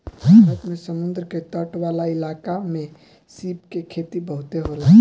भारत में समुंद्र के तट वाला इलाका में सीप के खेती बहुते होला